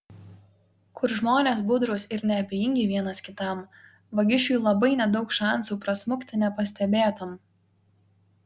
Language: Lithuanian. kur žmonės budrūs ir neabejingi vienas kitam vagišiui labai nedaug šansų prasmukti nepastebėtam